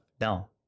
no